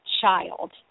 child